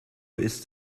ist